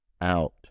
out